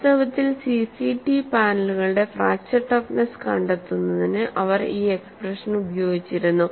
വാസ്തവത്തിൽ സിസിടി പാനലുകളുടെ fracture toughness കണ്ടെത്തുന്നതിന് അവർ ഈ എക്സ്പ്രഷൻ ഉപയോഗിച്ചിരുന്നു